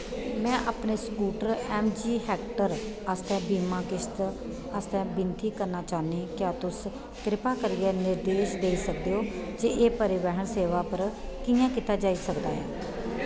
में अपने scooter M G Hector आस्तै बीमा किश्त आस्तै विनती करना चाह्न्नां क्या तुस कृपा करियै निर्देश देई सकदे ओ जे एह् परिवहन सेवा पर कि'यां कीता जाई सकदा ऐ